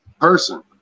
person